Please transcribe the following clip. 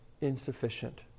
insufficient